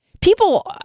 People